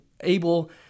able